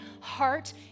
heart